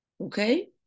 Okay